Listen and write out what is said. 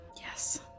Yes